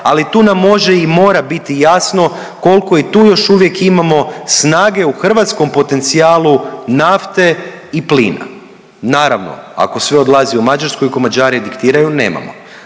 ali tu nam može i mora biti jasno koliko i tu još uvijek imamo snage u hrvatskom potencijalu nafte i plina. Naravno, ako sve odlazi u Mađarsku i ako Mađari diktiraju, nemamo,